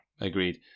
agreed